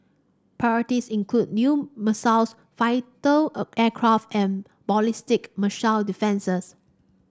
priorities include new missiles fighter aircraft and ballistic missile defences